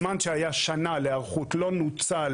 הזמן שהיה שנה להיערכות לא נוצל